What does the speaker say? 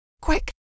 quick